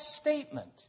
statement